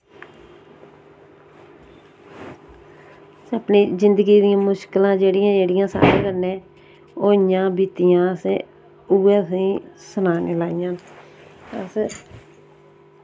अस अपनी जिंदगी दियां मुश्कलां जेह्ड़ियां जेह्ड़ियां साढ़े कन्नै होइयां बीतियां असें उ'ऐ असेंगी सनाने ई लाइयां अस